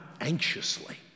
anxiously